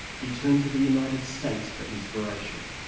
he turned to the united states for inspiration.